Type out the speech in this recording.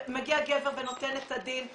ונותן את הדין.